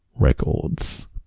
records